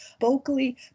vocally